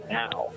now